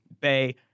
Bay